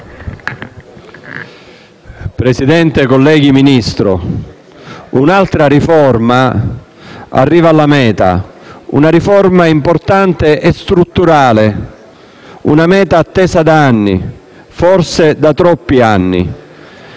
Presidente, colleghi, signor Ministro, un'altra riforma arriva alla meta. Una riforma importante e strutturale; una meta attesa da anni: forse da troppi anni.